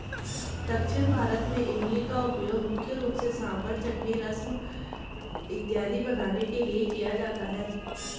दक्षिण भारत में इमली का उपयोग मुख्य रूप से सांभर चटनी रसम इत्यादि बनाने के लिए किया जाता है